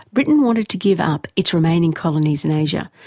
britain wanted to give up its remaining colonies in asia,